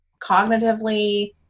cognitively